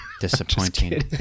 disappointing